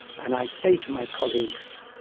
and i say to my colleagues,